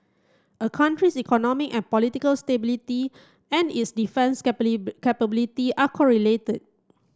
a country's economic and political stability and its defence capability are correlated